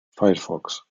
firefox